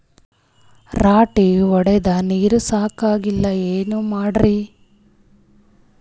ರಾಟಿ ಹೊಡದ ನೀರ ಸಾಕಾಗಲ್ಲ ಏನ ಮಾಡ್ಲಿ?